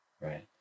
right